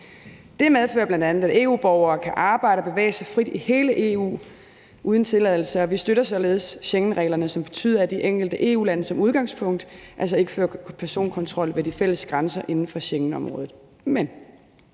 Det medfører bl.a., at EU-borgere kan arbejde og bevæge sig frit i hele EU uden tilladelse, og vi støtter således Schengenreglerne, som betyder, at de enkelte EU-lande som udgangspunkt altså ikke foretager personkontrol ved de fælles grænser inden for Schengenområdet.